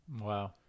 Wow